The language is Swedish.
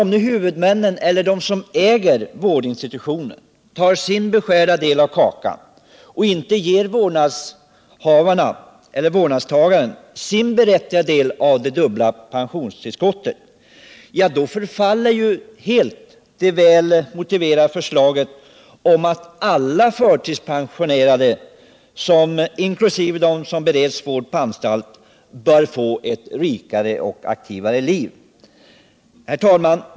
Om nu huvudmannen eller den som äger vårdinstitutionen tar sin beskärda del av kakan och inte ger vårdnadstagaren den del av det dubbla pensionstillskottet som han är berättigad till förfelas helt tanken bakom det välmotiverade förslaget, nämligen att alla förtidspensionerade, inkl. de som bereds vård på anstalt, skall få möjlighet att leva ett rikare och aktivare liv. Herr talman!